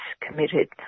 committed